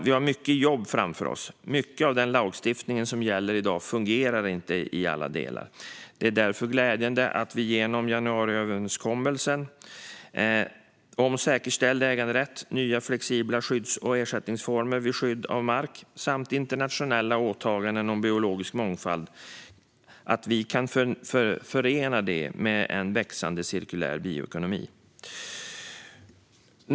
Vi har mycket jobb framför oss. Mycket av den lagstiftning som gäller i dag fungerar inte i alla delar. Det är därför glädjande att vi genom januariöverenskommelsen om säkerställd äganderätt, nya flexibla skydds och ersättningsformer vid skydd av mark samt internationella åtaganden om biologisk mångfald kan förena detta med en växande cirkulär bioekonomi.